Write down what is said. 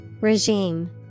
Regime